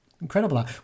Incredible